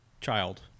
child